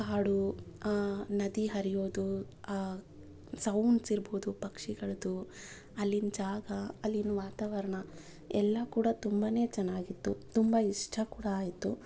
ಕಾಡು ಹಾಂ ನದಿ ಹರಿಯೋದು ಆ ಸೌಂಡ್ಸ್ ಇರ್ಬೋದು ಪಕ್ಷಿಗಳದ್ದು ಅಲ್ಲಿನ ಜಾಗ ಅಲ್ಲಿನ ವಾತಾವರಣ ಎಲ್ಲ ಕೂಡ ತುಂಬನೇ ಚೆನ್ನಾಗಿತ್ತು ತುಂಬ ಇಷ್ಟ ಕೂಡ ಆಯಿತು